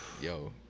yo